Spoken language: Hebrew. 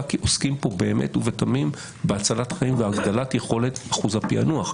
כי עוסקים כאן באמת ובתמים בהצלת חיים והגדלת יכולת אחוז הפענוח.